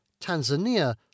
Tanzania